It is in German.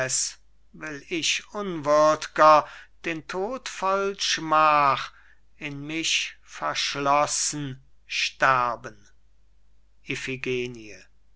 will ich unwürd'ger den tod voll schmach in mich verschlossen sterben